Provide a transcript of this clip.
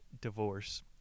divorce